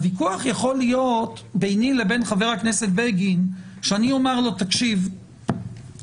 הוויכוח יכול להיות ביני לבין חבר הכנסת בגין אם אני אגיד לו שיש שבעה,